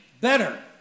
Better